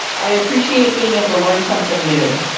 i appreciate being able to learn something new.